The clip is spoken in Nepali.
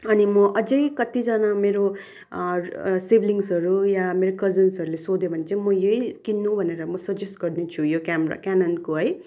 अनि म अझै कतिजना मेरो सिब्लिङ्सहरू या मेरो कजन्सहरूले सोध्यो भने चाहिँ म यही किन्नु भनेर म सजेस्ट गर्नेछु यो क्यामेरा क्याननको है